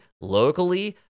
locally